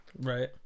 Right